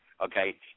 okay